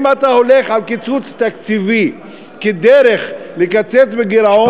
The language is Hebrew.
אם אתה הולך על קיצוץ תקציבי כדרך לקצץ בגירעון,